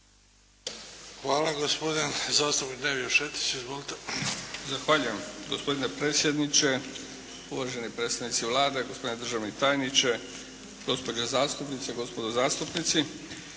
Hvala. Gospodin zastupnik Nevio Šetić. Izvolite. **Šetić, Nevio (HDZ)** Zahvaljujem. Gospodine predsjedniče, uvaženi predstavnici Vlade, gospodine državni tajniče, gospođe zastupnice, gospodo zastupnici.